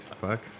Fuck